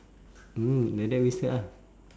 mm like that wasted ah